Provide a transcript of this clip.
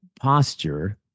posture